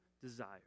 desire